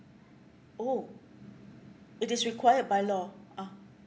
oh it is required by law ah